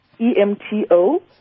E-M-T-O